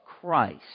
Christ